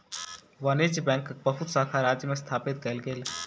वाणिज्य बैंकक बहुत शाखा राज्य में स्थापित कएल गेल